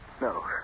No